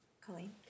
Colleen